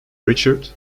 richard